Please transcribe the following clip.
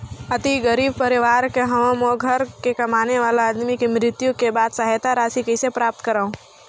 अति गरीब परवार ले हवं मोर घर के कमाने वाला आदमी के मृत्यु के बाद सहायता राशि कइसे प्राप्त करव?